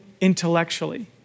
intellectually